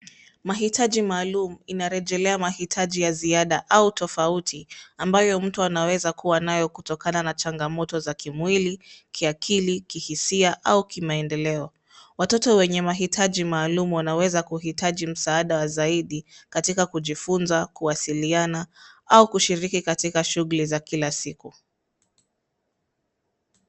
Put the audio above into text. Mahitaji maalum inarejelea mahitaji ya ziada au tofauti ambayo mtu anaweza kuwa nayo kutokana na changamoto za kimwili, kiakili, kihisia au kimaendeleo. Watoto wenye mahitaji maalum wanaweza kuhitaji msaada wa zaidi katika kujifunza, kuwasiliana au kushiriki katika shughuli za kila siku.